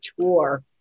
tour